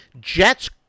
Jets